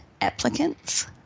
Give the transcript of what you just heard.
applicants